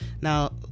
Now